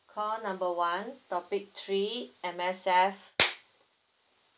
call number one topic three M_S_F